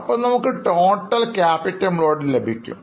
അപ്പോൾ നമുക്ക് Total capital employed ലഭിക്കും